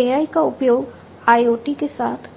AI का उपयोग IoT के साथ